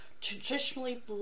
traditionally